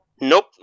Nope